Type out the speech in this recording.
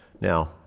Now